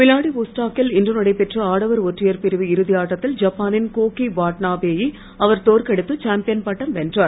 Vladivostok கில் இன்று நடைபெற்ற ஆடவர் ஒற்றையர் பிரிவு இறுதி ஆட்டத்தில் ஜப்பானின் கோக்கி வாட்டனாபே யை அவர் தோற்கடித்து சாம்பியன் பட்டம் வென்றார்